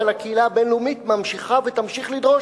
אבל הקהילה הבין-לאומית ממשיכה ותמשיך לדרוש,